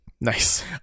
Nice